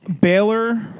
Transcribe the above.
Baylor